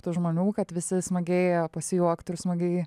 tų žmonių kad visi smagiai pasijuoktų ir smagiai